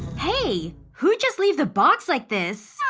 hey! who'd just leave the box like this?